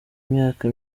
imyaka